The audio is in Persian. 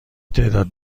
تعداد